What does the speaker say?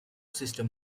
system